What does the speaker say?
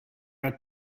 are